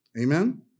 Amen